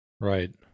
Right